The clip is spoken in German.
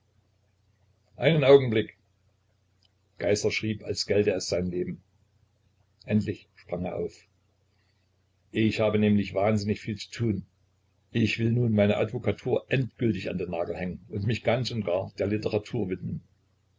einen augenblick geißler schrieb als gälte es sein leben endlich sprang er auf ich habe nämlich wahnsinnig viel zu tun ich will nun meine advokatur endgültig an den nagel hängen und mich ganz und gar der literatur widmen